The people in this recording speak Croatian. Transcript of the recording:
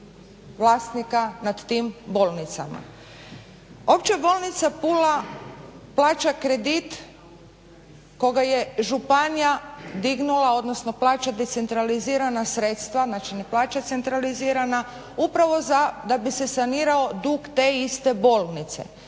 vlasnika nad tim bolnicama. Opća bolnica Pula plaća kredit koga je županija dignula, odnosno plaća decentralizirana sredstva, znači ne plaća centralizirana upravo za, da bi se sanirao dug te iste bolnice.